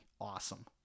awesome